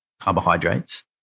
carbohydrates